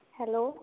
hello